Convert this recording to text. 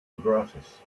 gratis